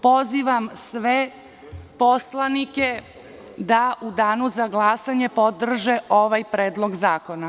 Pozivam sve poslanike da u danu za glasanje podrže ovaj predlog zakona.